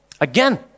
Again